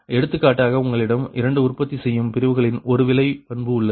எடுத்துக்காட்டாக உங்களிடம் 2 உற்பத்தி செய்யும் பிரிவுகளின் ஒரு விலை பண்பு உள்ளது